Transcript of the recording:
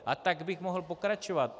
A tak bych mohl pokračovat.